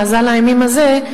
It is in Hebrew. מאזן האימים הזה,